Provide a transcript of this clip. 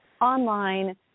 online